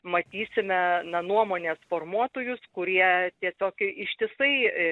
matysime na nuomonės formuotojus kurie tiesiog ištisai